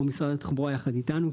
או משרד התחבורה יחד איתנו,